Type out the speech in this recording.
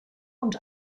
und